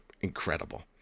incredible